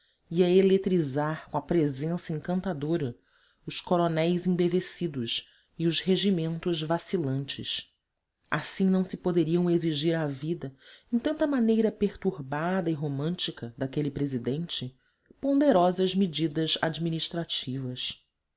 combates ia eletrizar com a presença encantadora os coronéis embevecidos e os regimentos vacilantes assim não se poderiam exigir à vida em tanta maneira perturbada e romântica daquele presidente ponderosas medidas administrativas